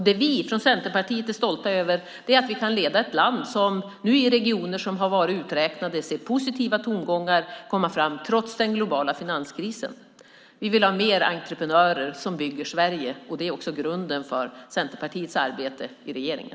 Det vi från Centerpartiet är stolta över är att vi kan leda ett land där vi i regioner som har varit uträknade nu ser positiva tongångar komma fram trots den globala finanskrisen. Vi vill ha mer entreprenörer som bygger Sverige, och det är också grunden för Centerpartiets arbete i regeringen.